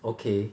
okay